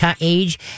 age